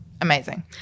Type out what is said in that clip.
amazing